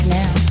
now